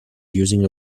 using